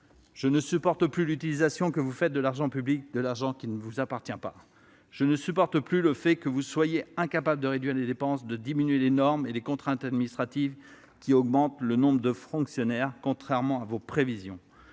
je ne supporte plus l'utilisation que vous faites de l'argent public, de l'argent qui ne vous appartient pas ! Je ne supporte plus le fait que vous soyez incapable de réduire les dépenses et de diminuer les normes et les contraintes administratives qui engendrent l'augmentation- contrairement à vos prévisions